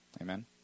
Amen